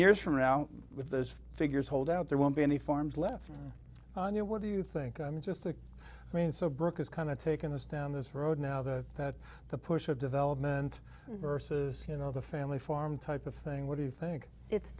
years from now with those figures hold out there won't be any farms left on your what do you think i'm just a mean so brooke is kind of taking this down this road now that that the push of development versus you know the family farm type of thing what do you think it's